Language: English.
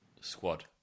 squad